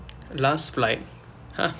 last like !huh!